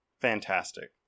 Fantastic